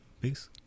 Peace